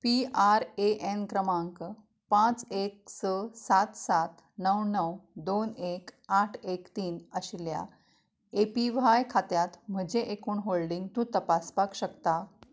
PRAN क्रमांक पांच एक स सात सात णव णव दोन एक आठ एक तीन आशिल्ल्या एपीव्हाय खात्यांत म्हजें एकूण होल्डिंग तूं तपासपाक शकता